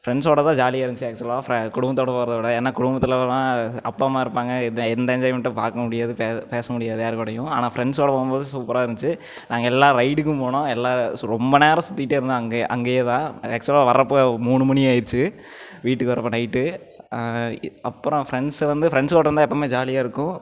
ஃப்ரெண்ட்ஸோட தான் ஜாலியாக இருந்துச்சு ஆக்சுவலாக குடும்பத்தோடு போகிறத விட ஏன்னா குடும்பத்திலனா அப்பா அம்மா இருப்பாங்க இருந்தால் எந்த என்ஜாய்மெண்ட்டும் பார்க்க முடியாது பேச பேச முடியாது யார் கூடயும் ஆனால் ஃப்ரெண்ட்ஸோடு போகும்போது சூப்பராக இருந்துச்சு நாங்கள் எல்லா ரைடுக்கும் போனோம் எல்லாம் ரொம்ப நேரம் சுத்திகிட்டே இருந்தோம் அங்கேயே அங்கேயே தான் ஆக்சுவலாக வரப்ப மூணு மணி ஆகிடுச்சு வீட்டுக்கு வரப்ப நைட்டு அப்புறம் ஃப்ரெண்ட்ஸ் வந்து ஃப்ரெண்ட்ஸோடு இருந்தால் எப்பயுமே ஜாலியாக இருக்கும்